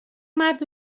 مرد